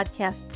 podcast